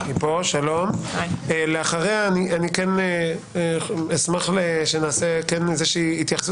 לאחר מכן אשמח שנעשה איזושהי התייחסות